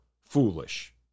foolish